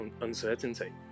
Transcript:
uncertainty